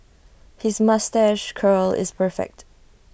his moustache curl is perfect